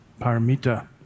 paramita